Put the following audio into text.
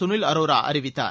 Sunil அரோராஅறிவித்தார்